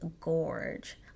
gorge